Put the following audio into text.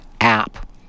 app